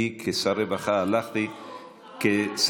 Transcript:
אני כשר רווחה הלכתי לשם,